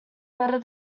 better